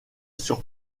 sur